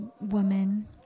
woman